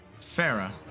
Farah